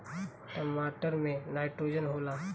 टमाटर मे नाइट्रोजन होला?